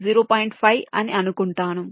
5 అని అనుకుంటాను